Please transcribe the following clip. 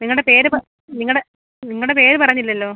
നിങ്ങളുടെ പേര് പ നിങ്ങളുടെ നിങ്ങളുടെ പേര് പറഞ്ഞില്ലല്ലോ